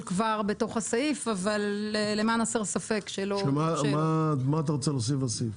כבר בתוך הסעיף אבל למען הסר ספק -- מה אתה רוצה להוסיף בסעיף?